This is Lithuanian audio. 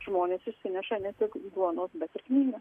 žmonės išsineša ne tik duonos bet ir knygą